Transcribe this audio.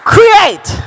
Create